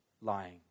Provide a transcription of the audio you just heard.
lying